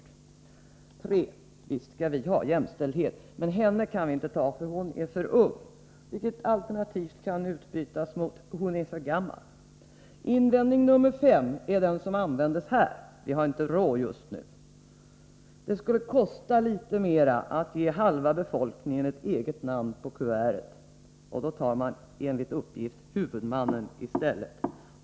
3) Visst skall vi ha jämställdhet, men henne kan vi inte ta för hon är för ung, vilket alternativ kan bytas ut mot 4) Hon är för gammal! Invändning nr 5 är den som användes här: Vi har inte råd just nu. Det skulle kosta litet mera att ge halva befolkningen ett eget namn på kuverten, och då tar man enligt uppgift ”huvudmannen” i stället.